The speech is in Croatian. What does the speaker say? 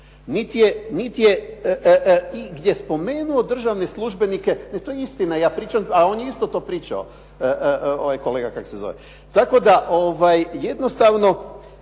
niti je igdje spomenuo državne službenike. To je istina, ja pričam, a on je isto to pričao. Tako da jednostavno